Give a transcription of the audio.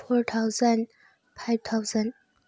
four thousand five thousand